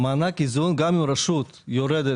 במענק איזון, גם אם רשות יורדת.